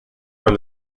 from